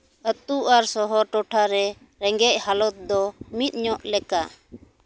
ᱟᱛᱳ ᱟᱨ ᱥᱚᱦᱚᱨ ᱴᱚᱴᱷᱟ ᱨᱮ ᱨᱮᱸᱜᱮᱡ ᱦᱟᱞᱚᱛ ᱫᱚ ᱢᱤᱫ ᱧᱚᱜ ᱞᱮᱠᱟ